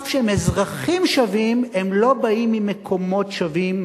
אף שהם אזרחים שווים הם לא באים ממקומות שווים,